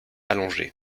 allongé